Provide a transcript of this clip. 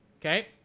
okay